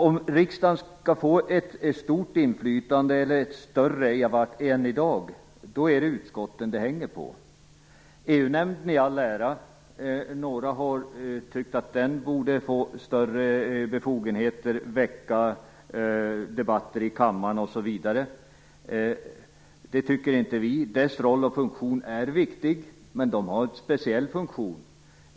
Om riksdagen skall få ett större inflytande än i dag är det utskotten det hänger på, EU-nämnden i all ära. Några har tyckt att den borde få större befogenheter att väcka debatter i kammaren, osv. Det tycker inte vi. Dess roll och funktion är viktig, men den har en speciell funktion.